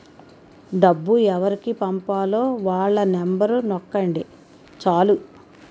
డబ్బు ఎవరికి పంపాలో వాళ్ళ నెంబరు నొక్కండి చాలు